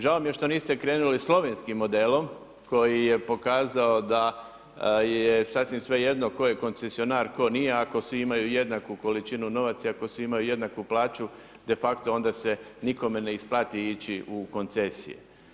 Žao mi je što niste krenuli slovenskim modelom koji je pokazao da je sasvim sve jedno tko je koncesionar tko nije, ako svi imaju jednaku količinu novaca i ako svi imaju jednaku plaću, de facto onda se nikome ne isplati ići u koncesije.